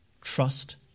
trust